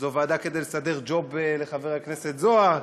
זו ועדה כדי לסדר ג'וב לחבר הכנסת זוהר,